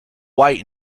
white